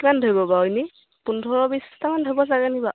কিমান ধৰিব বাৰু এনেই পোন্ধৰ বিশটামান ধৰিব চাগে নি বাৰু